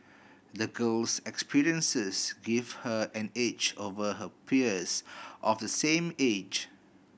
the girl's experiences gave her an edge over her peers of the same age